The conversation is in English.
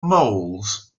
malls